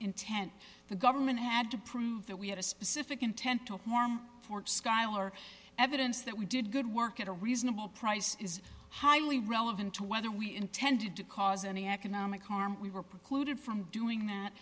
intent the government had to prove that we had a specific intent to harm for skyler evidence that we did good work at a reasonable price is highly relevant to whether we intended to cause any economic harm we were precluded from doing that